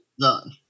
done